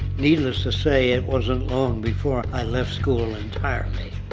needless to say it wasn't long before i left school entirely.